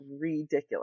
ridiculous